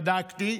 בדקתי,